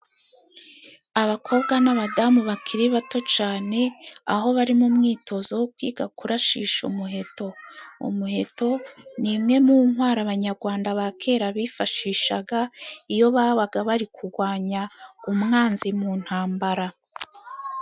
Abakobwa n'abadamu bakiri bato cyane aho bari mu mwitozo wo kwiga kurashisha umuheto. Umuheto ni imwe mu ntwaro abanyarwanda ba kera bifashishaga iyo babaga bari kurwanya umwanzi mu ntambara.